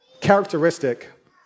characteristic